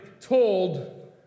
told